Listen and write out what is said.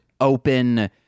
open